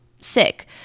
sick